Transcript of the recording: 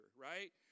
right